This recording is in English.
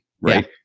Right